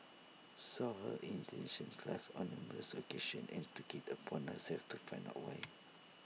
saw her in detention class on numerous occasions and took IT upon herself to find out voice